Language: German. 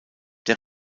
der